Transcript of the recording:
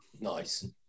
Nice